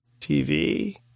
TV